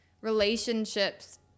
relationships